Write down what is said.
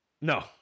No